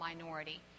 minority